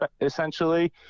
essentially